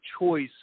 choice